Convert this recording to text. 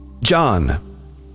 John